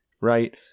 right